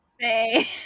say